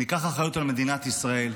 ניקח אחריות על מדינת ישראל.